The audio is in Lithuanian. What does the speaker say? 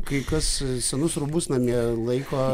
kai kas senus rūbus namie laiko